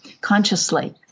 consciously